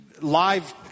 live